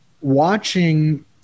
watching